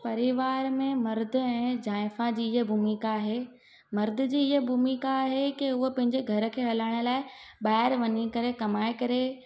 परिवार में मर्दु ऐं ज़ाइफ़ां जी इहा भूमिका आहे मर्द जी इहा भूमिका आहे कि उहो पंहिंजे घर खे हलाइण लाइ ॿाहिरि वञी करे कमाए करे